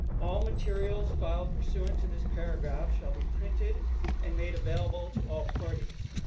all materials filed pursuant to this paragraph shall be printed and made available to all parties.